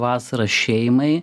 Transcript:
vasarą šeimai